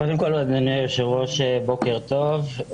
קודם כל אדוני היושב-ראש, בוקר טוב.